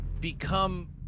become